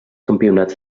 campionats